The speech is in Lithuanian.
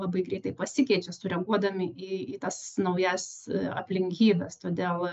labai greitai pasikeičia sureaguodami į į tas naujas aplinkybes todėl